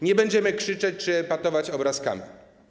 Nie będziemy krzyczeć czy epatować obrazkami.